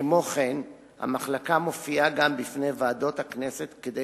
כמו כן המחלקה מופיעה בפני ועדות הכנסת כדי